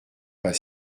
pas